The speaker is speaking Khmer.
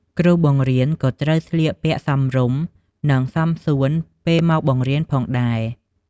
គ្រូបង្រៀនក៏ត្រូវស្លៀកពាក់សមរម្យ និងសមសួនពេលមកបង្រៀនផងដែរ។